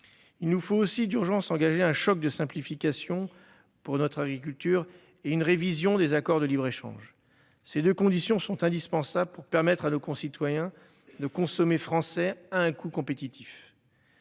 Il nous faut aussi d'urgence engagé un choc de simplification pour notre agriculture, et une révision des accords de libre-échange. Ces 2 conditions sont indispensables pour permettre à nos concitoyens de consommer français à un coût compétitif.